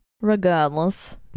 regardless